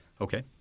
Okay